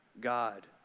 God